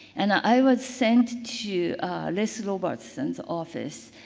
and i was sent to leslie robertson's office.